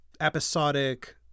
episodic